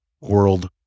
world